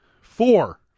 Four